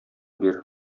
бир